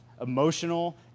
emotional